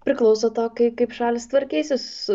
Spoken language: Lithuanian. priklauso to kai kaip šalys tvarkysis su